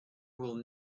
will